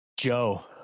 Joe